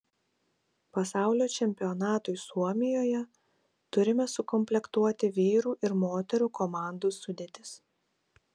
pasaulio čempionatui suomijoje turime sukomplektuoti vyrų ir moterų komandų sudėtis